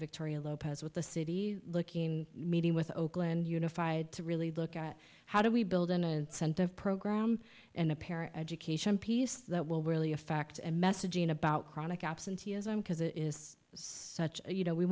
victoria lopez with the city looking meeting with oakland unified to really look at how do we build an incentive program and a pair education piece that will really a fact and messaging about chronic absenteeism because it is such a you know we